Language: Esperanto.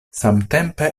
samtempe